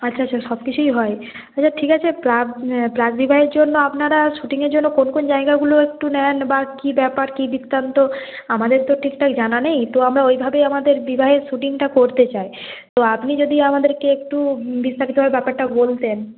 আচ্ছা আচ্ছা সব কিছুই হয় আচ্ছা ঠিক আছে প্রাক প্রাক বিবাহের জন্য আপনারা শুটিংয়ের জন্য কোন কোন জায়গাগুলো একটু নেন বা কী ব্যাপার কী বৃত্তান্ত আমাদের তো ঠিকঠাক জানা নেই তো আমরা ওইভাবেই আমাদের বিবাহের শুটিংটা করতে চাই তো আপনি যদি আমাদেরকে একটু বিস্তারিতভাবে ব্যাপারটা বলতেন